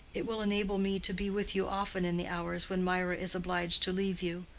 it will enable me to be with you often in the hours when mirah is obliged to leave you.